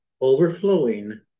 overflowing